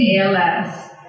ALS